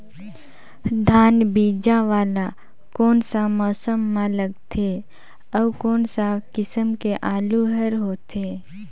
धान बीजा वाला कोन सा मौसम म लगथे अउ कोन सा किसम के आलू हर होथे?